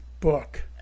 book